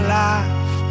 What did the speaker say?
life